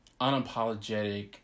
unapologetic